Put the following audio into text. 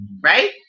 Right